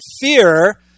fear